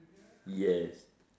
yes